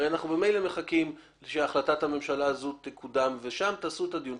הרי אנחנו ממילא מחכים שהחלטת הממשלה תקודם ושם תעשו את הדיון.